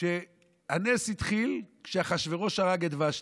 הנס התחיל כשאחשוורוש הרג את ושתי.